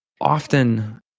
Often